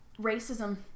Racism